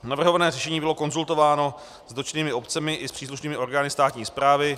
Navrhované řešení bylo konzultováno s dotčenými obcemi i s příslušnými orgány státní správy.